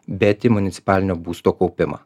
bet į municipalinio būsto kaupimą